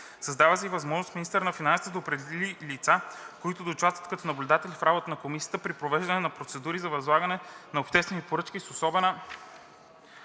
Създава се и възможност министърът на финансите да определя лица, които да участват като наблюдатели в работата на комисията, при провеждане на процедури за възлагане на обществени поръчки с особена